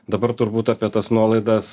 dabar turbūt apie tas nuolaidas